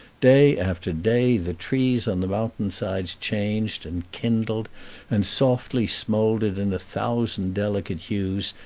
day after day the trees on the mountain-sides changed, and kindled and softly smouldered in a thousand delicate hues,